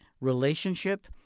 relationship